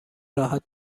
راحت